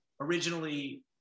originally